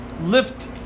lift